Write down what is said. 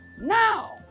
now